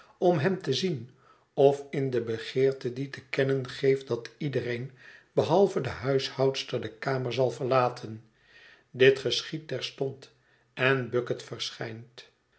om hem te zien of in de begeerte die te kennen geeft dat iedereen behalve de huishoudster de kamer zal verlaten dit geschiedt terstond en bucket verschijnt